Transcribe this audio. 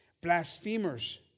Blasphemers